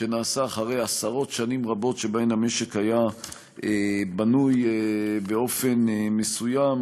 שנעשה אחרי עשרות שנים רבות שבהן המשק היה בנוי באופן מסוים,